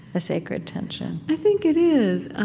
a sacred tension i think it is.